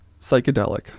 psychedelic